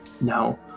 No